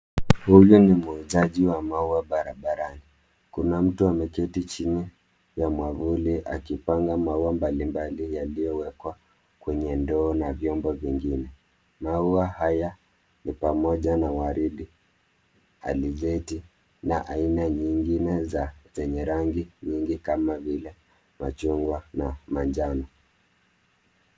Huyu ni muuzaji wa maua barabarani. Kuna mtu ameketi chini ya mwavuli akipanga maua mbalimbali yaliyowekwa kwenye ndoo na vyombo vingine. Maua haya ni pamoja na waridi, alizeti na aina nyingine zenye rangi nyingi kama vile machungwa na manjano.